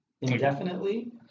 indefinitely